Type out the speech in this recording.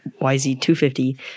YZ250